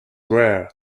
rare